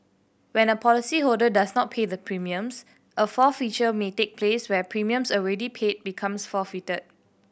when a policyholder does not pay the premiums a forfeiture may take place where premiums already paid becomes forfeited